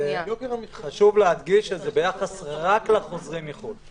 חשוב להדגיש שזה ביחס רק לחוזרים מחו"ל.